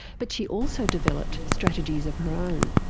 but she also developed strategies of her own.